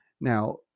Now